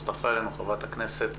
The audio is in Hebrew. הצטרפה אלינו חברת הכנסת